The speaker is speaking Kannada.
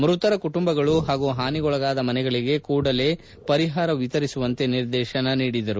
ಮ್ಬತರ ಕುಟುಂಬಗಳು ಹಾಗೂ ಹಾನಿಗೊಳಗಾದ ಮನೆಗಳಿಗೆ ಕೂಡಲೇ ಪರಿಹಾರ ವಿತರಿಸುವಂತೆ ನಿರ್ದೇಶನ ನೀಡಿದರು